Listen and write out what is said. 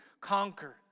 conquer